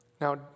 Now